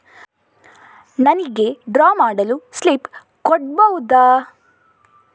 ನನಿಗೆ ಡ್ರಾ ಮಾಡಲು ಸ್ಲಿಪ್ ಕೊಡ್ಬಹುದಾ?